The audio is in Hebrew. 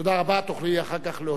תוכלי אחר כך להוסיף.